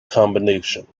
combination